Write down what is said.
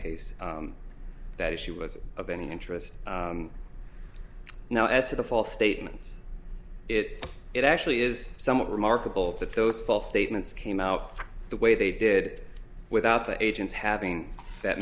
case that if she was of any interest now as to the false statements it it actually is somewhat remarkable that those false statements came out the way they did without the agents having that